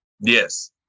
Yes